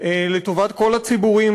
לטובת כל הציבורים